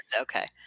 Okay